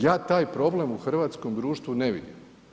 Ja taj problem u hrvatskom društvu ne vidim.